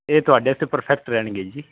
ਇਹ ਤੁਹਾਡੇ 'ਤੇ ਪਰਫੈਕਟ ਰਹਿਣਗੇ ਜੀ